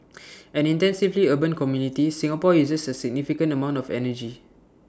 an intensively urban community Singapore uses A significant amount of energy